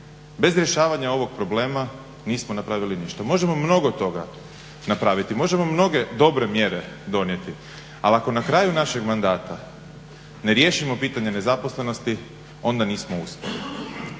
Bez rješavanja ovog problema nismo napravili ništa. Možemo mnogo toga napraviti, možemo mnoge dobre mjere donijeti, ali ako na kraju našeg mandata ne riješimo pitanje nezaposlenosti onda nismo uspjeli.